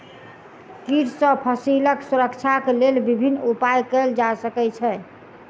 कीट सॅ फसीलक सुरक्षाक लेल विभिन्न उपाय कयल जा सकै छै